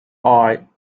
eye